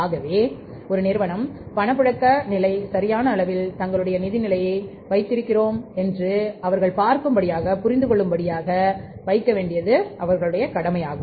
ஆகவே பணப்புழக்க நிலை சரியான அளவில் அதாவது தங்களுடைய நிதிநிலையை பார்த்துக் கொள்ள வேண்டியது ஒரு நிறுவனத்தின் கடமையாகும்